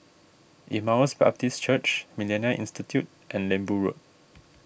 Emmaus Baptist Church Millennia Institute and Lembu Road